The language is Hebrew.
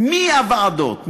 מי הוועדות?